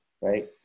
right